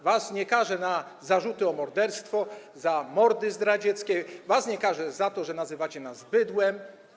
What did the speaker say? Was nie karze za zarzuty o morderstwo, za mordy zdradzieckie, was nie karze za to, że nazywacie nas bydłem.